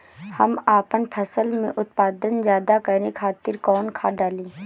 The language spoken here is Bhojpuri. हम आपन फसल में उत्पादन ज्यदा करे खातिर कौन खाद डाली?